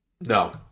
No